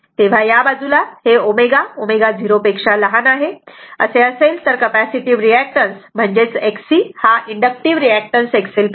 तेव्हा या बाजूला जर ω ω0 असेल तर capacitive reactance XC inductive reactance XL